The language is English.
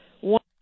one